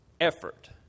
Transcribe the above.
effort